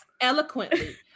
eloquently